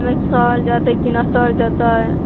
ओहिमे सहल जेतै कि नहि सहल जेतै